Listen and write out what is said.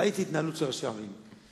ראיתי התנהלות של ראשי ערים.